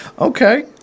Okay